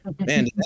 man